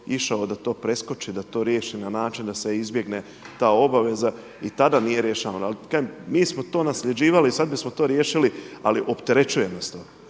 išao da to preskoči, da to riješi na način da se izbjegne ta obaveza. I tada nije riješeno. Ali kažem mi smo to nasljeđivali. Sada bismo to riješili, ali opterećuje nas to.